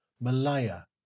Malaya